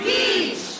Beach